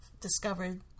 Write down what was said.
discovered